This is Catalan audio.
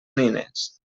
nines